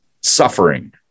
suffering